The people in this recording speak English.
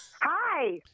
Hi